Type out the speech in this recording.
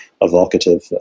evocative